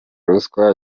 ruswa